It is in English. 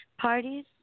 parties